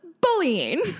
bullying